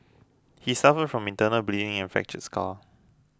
he suffered from internal bleeding and a fractured skull